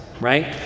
right